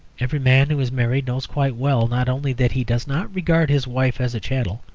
every man who is married knows quite well, not only that he does not regard his wife as a chattel,